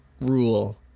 rule